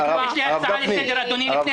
אדוני, יש לי הצעה לסדר לפני